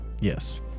Yes